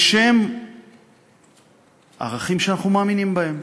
בשם ערכים שאנחנו מאמינים בהם,